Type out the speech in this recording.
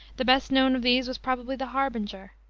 the best known of these was probably the harbinger,